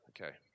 Okay